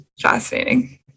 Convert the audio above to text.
Fascinating